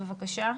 בבקשה.